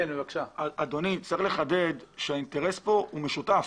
אדוני, צריך לחדד שהאינטרס כאן הוא משותף.